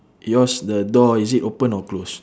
yours the door is it open or close